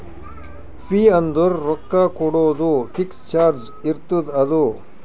fee ಅಂದುರ್ ರೊಕ್ಕಾ ಕೊಡೋದು ಫಿಕ್ಸ್ ಚಾರ್ಜ್ ಇರ್ತುದ್ ಅದು